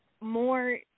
more